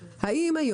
יש פה קושי,